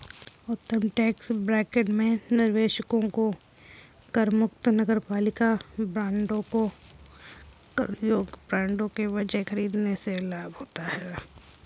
उच्चतम tax bracket में निवेशकों को करमुक्त नगरपालिका बांडों को कर योग्य बांडों के बजाय खरीदने से लाभ होता है